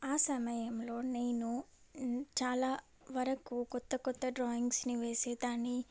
ఆ సమయంలో నేను చాలా వరకు క్రొత్త క్రొత్త డ్రాయింగ్స్ని వేసేదాన్ని